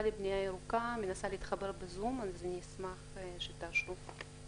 לבנייה ירוקה מנסה להתחבר לזום והיא תשמח שתאפשרו לה.